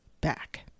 back